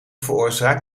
veroorzaakt